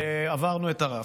עברנו את הרף.